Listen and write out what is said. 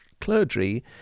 clergy